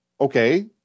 okay